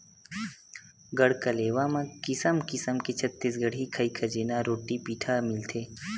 गढ़कलेवा म किसम किसम के छत्तीसगढ़ी खई खजेना, रोटी पिठा मिलथे